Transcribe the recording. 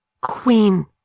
queen